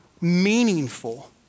meaningful